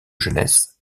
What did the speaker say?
jeunesse